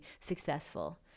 successful